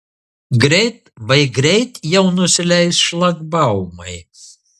greit vai greit jau nusileis šlagbaumai